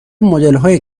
مدلهای